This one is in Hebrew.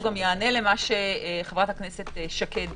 והוא גם יענה על מה שהעלתה חברת הכנסת שקד